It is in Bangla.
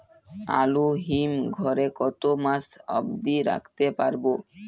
আলু হিম ঘরে কতো মাস অব্দি রাখতে পারবো?